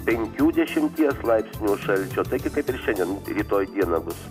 penkių dešimties laipsnių šalčio taigi kaip ir šiandien rytoj dieną bus